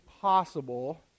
possible